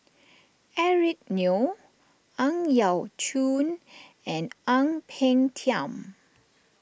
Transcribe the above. Eric Neo Ang Yau Choon and Ang Peng Tiam